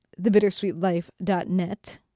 thebittersweetlife.net